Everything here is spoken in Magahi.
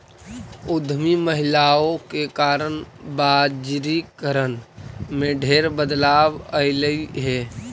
उद्यमी महिलाओं के कारण बजारिकरण में ढेर बदलाव अयलई हे